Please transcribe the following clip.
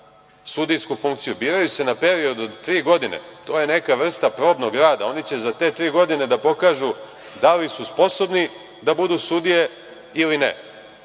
sudijsku funkciju biraju se na period od tri godine. To je neka vrsta probnog rada, oni će za te tri godine da pokažu da li su sposobni da budu sudije ili